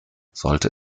sollte